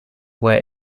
where